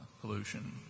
pollution